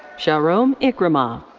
shahrom ikramov.